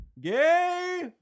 gay